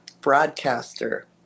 broadcaster